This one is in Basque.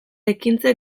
ekintzak